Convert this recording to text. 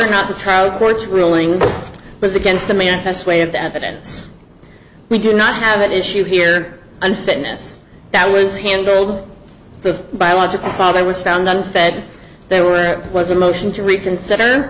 or not the trout court's ruling was against the manifest way of the evidence we do not have an issue here and fitness that was handled the biological father was found on the bed they were there was a motion to reconsider